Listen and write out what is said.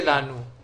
את